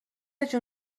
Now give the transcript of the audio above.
جون